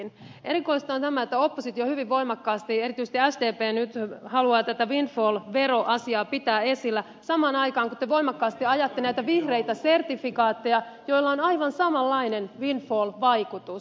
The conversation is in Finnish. erikoista on tämä että oppositio hyvin voimakkaasti erityisesti sdp nyt haluaa tätä windfall veroasiaa pitää esillä samaan aikaan kun te voimakkaasti ajatte näitä vihreitä sertifikaatteja joilla on aivan samanlainen windfall vaikutus